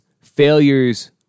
failures